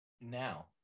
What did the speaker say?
now